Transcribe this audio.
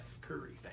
Curry